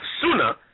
sooner